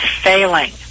failing